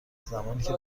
زمانیکه